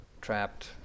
trapped